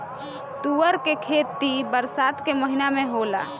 तूअर के खेती बरसात के महिना में होला